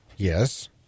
Yes